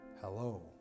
hello